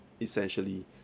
essentially